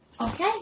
Okay